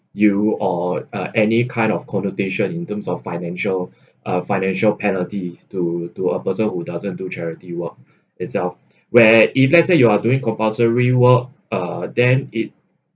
you or uh any kind of connotation in terms of financial uh financial penalty to to a person who doesn't do charity work itself where if let's say you are doing compulsory work uh then it